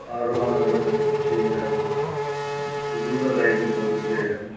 ఆరోహణల చేయించడం సుదూర రైడ్ని పూర్తి చేయడం